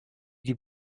die